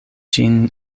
ĝin